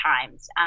times